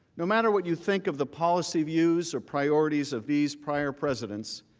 no matter what you think of the policy views or priorities of these prior presidents,